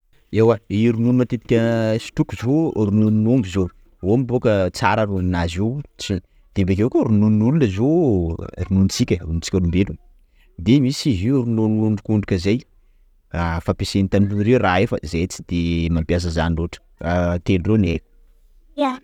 Ewa e ronono matetika sotroko zio ronon'omby zio omby boka tsara ronono nazy io, de bokeo koa ronon'olo zio o rononontsika ai, rononontsika olombelona, de misy izy io ronon'ondrikondrika zay ah fampiasainy Tandroy reo raha io fa zay tsy de mampiasa zany loatra, ah telo reo no haiko.